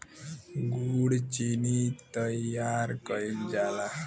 गुड़ चीनी तइयार कइल जाला